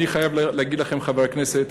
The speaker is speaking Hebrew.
אני חייב להגיד לכם, חברי הכנסת,